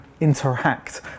interact